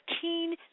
keen